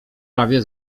prawie